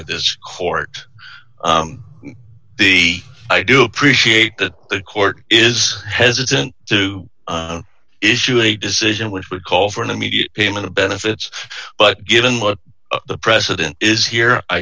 this court the i do appreciate that the court is hesitant to issue a decision which would call for an immediate payment of benefits but given what the president is here i